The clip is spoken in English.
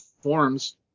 forms